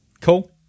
cool